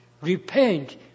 repent